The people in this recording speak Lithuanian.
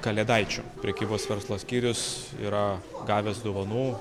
kalėdaičių prekybos verslo skyrius yra gavęs dovanų